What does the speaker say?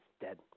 dead